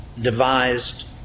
devised